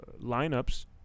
lineups